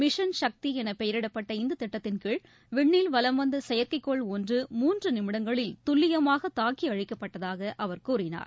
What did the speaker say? mission Shakti என பெயரிடப்பட்ட இந்த திட்டத்தின்கீழ் விண்ணில் வலம்வந்த செயற்கைக்கோள் ஒன்று மூன்று நிமிடங்களில் துல்லியமாக தாக்கி அழிக்கப்பட்டதாக அவர் கூறினார்